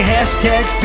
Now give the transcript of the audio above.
Hashtag